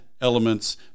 elements